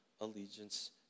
allegiance